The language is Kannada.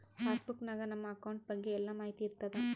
ಪಾಸ್ ಬುಕ್ ನಾಗ್ ನಮ್ ಅಕೌಂಟ್ ಬಗ್ಗೆ ಎಲ್ಲಾ ಮಾಹಿತಿ ಇರ್ತಾದ